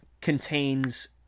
contains